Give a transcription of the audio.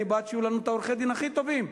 אני בעד שיהיו לנו עורכי-הדין הכי טובים,